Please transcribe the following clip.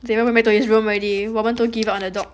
then went back to his room already 我们都 give up on the dog